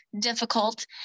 difficult